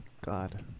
God